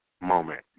moment